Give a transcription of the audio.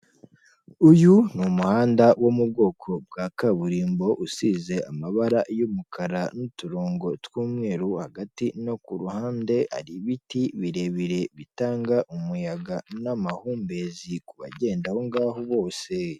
Uyu ni umuhanda wo mu bwoko bwa kaburimbo usize amabara y'umukara n'uturongo tw'umweru, hagati no ku ruhande hari ibiti birebire bitanga umuyaga n'amahumbezi kubagenda aho ngaho bose.